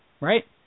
right